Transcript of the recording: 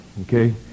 okay